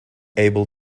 able